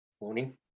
Morning